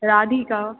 Radhika